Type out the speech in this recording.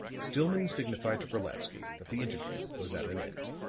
stillman signified to brolatsky that the interview was at an end.